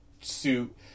suit